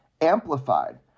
amplified